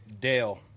Dale